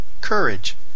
COURAGE